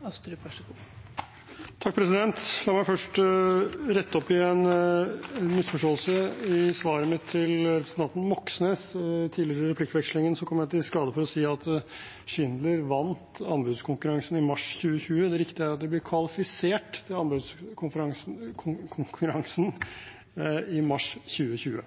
La meg først rette opp i en misforståelse i svaret mitt til representanten Moxnes. Tidligere, i replikkvekslingen, kom jeg i skade for å si at Schindler vant anbudskonkurransen i mars 2020. Det riktige er at de ble kvalifisert til anbudskonkurransen i mars 2020,